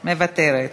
מוותרת.